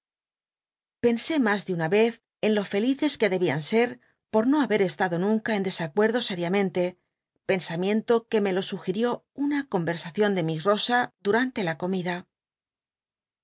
pensé mas de una rez en lo felices que debían ser por no habet estado nunca en desacuerdo sériamente pensamiento que me lo sugirió una eonr ersacion de miss rosa durante la comida